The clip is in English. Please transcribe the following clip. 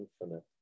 infinite